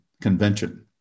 convention